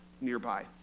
nearby